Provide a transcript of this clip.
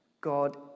God